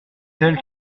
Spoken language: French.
tel